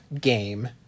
game